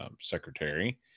secretary